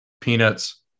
peanuts